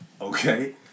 Okay